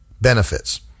benefits